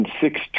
six